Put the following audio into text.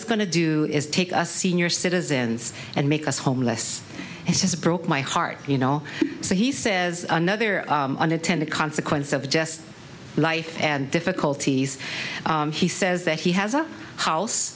is going to do is take us senior citizens and make us homeless he says broke my heart you know so he says another unintended consequence of just life and difficulties he says that he has a house